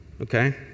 Okay